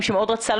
ארצית,